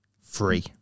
Free